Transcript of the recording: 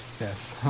Yes